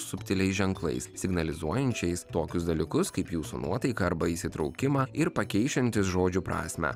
subtiliais ženklais signalizuojančiais tokius dalykus kaip jūsų nuotaiką arba įsitraukimą ir pakeičiantis žodžių prasmę